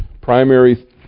primary